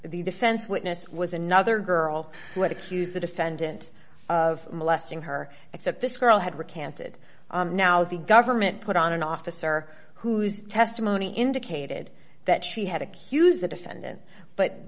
the defense witness was another girl who had accused the defendant of molesting her except this girl had recanted now the government put on an officer whose testimony indicated that she had accused the defendant but